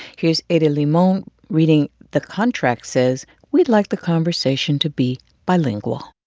here's ada limon um reading the contract says we'd like the conversation to be bilingual.